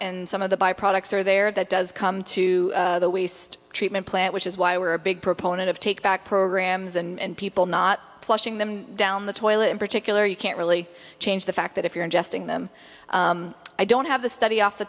and some of the by products are there that does come to the waste treatment plant which is why we're a big proponent of take back program and people not flushing them down the toilet in particular you can't really change the fact that if you're ingesting them i don't have the study off the